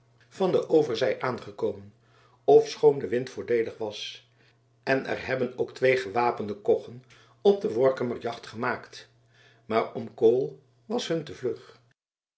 van de overzij aangekomen ofschoon de wind voordeelig was en er hebben ook twee gewapende koggen op den workummer jacht gemaakt maar oomkool was hun te vlug